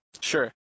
Sure